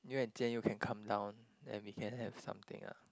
you and Jian-You can come down then we can have something ah